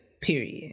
Period